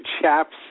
chaps